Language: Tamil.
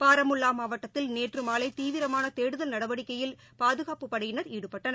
பாரமுல்லாமாவட்டத்தில் நேற்றுமாவைதீவிரமானதேடுதல் நடவடிக்கையில் பாதுகாப்புப் படையினர் ஈடுபட்டனர்